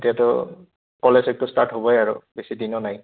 এতিয়াতো কলেজ উইকটো ষ্টাৰ্ট হ'বই আৰু বেছি দিনো নাই